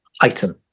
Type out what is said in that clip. item